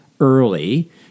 early